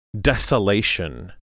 desolation